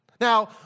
Now